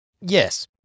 Yes